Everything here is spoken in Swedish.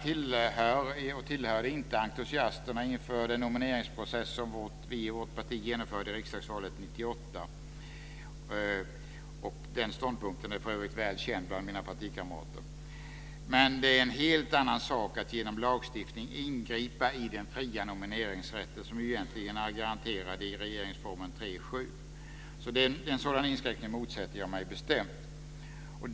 Jag tillhörde inte entusiasterna inför den nomineringsprocess som vi i vårt parti genomförde i riksdagsvalet 1998. Den ståndpunkten är för övrigt väl känd bland mina partikamrater. Men det är en helt annan sak att genom lagstiftning ingripa i den fria nomineringsrätten, som egentligen är garanterad i regeringsformen 3:7. En sådan inskränkning motsätter jag mig bestämt.